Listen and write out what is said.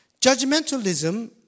Judgmentalism